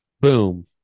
Boom